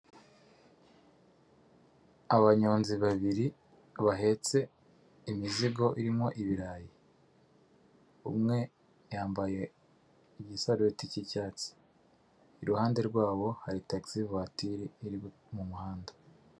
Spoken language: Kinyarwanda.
Abanyonzi babiri bahetse imizigo irimo ibirayi, umwe yambaye igisarubeti cy'icyatsi, iruhande rwabo hari tagisi vuwatiri iri mu muhanda.